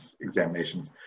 examinations